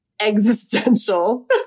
existential